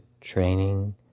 training